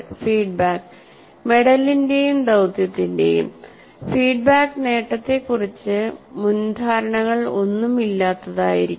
feedback മെഡലിന്റെയും ദൌത്യത്തിന്റെയും feedback നേട്ടത്തെ കുറിച്ച് മുൻധാരണകൾ ഒന്നും ഇല്ലാത്തതു ആയിരിക്കണം